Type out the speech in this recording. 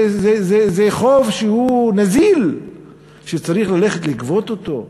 זה חוב שהוא נזיל וצריך ללכת לגבות אותו.